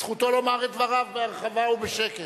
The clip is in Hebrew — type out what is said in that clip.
זכותו לומר את דבריו בהרחבה ובשקט.